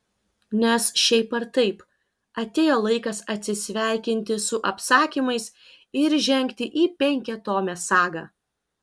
nes šiaip ar taip atėjo laikas atsisveikinti su apsakymais ir žengti į penkiatomę sagą